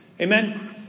Amen